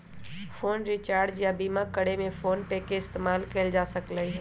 phone recharge या बीमा करे में फोनपे के इस्तेमाल कएल जा सकलई ह